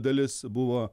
dalis buvo